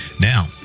Now